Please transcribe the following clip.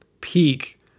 peak